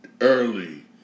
early